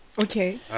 Okay